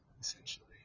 essentially